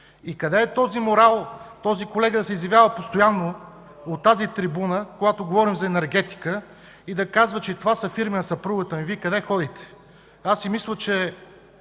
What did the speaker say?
Къде е моралът този колега да се изявява постоянно от трибуната, когато говорим за енергетика, и да казва, че това са фирми на съпругата му. Ами, Вие къде ходите?! Мисля, че